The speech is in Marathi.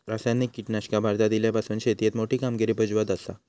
रासायनिक कीटकनाशका भारतात इल्यापासून शेतीएत मोठी कामगिरी बजावत आसा